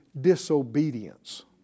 disobedience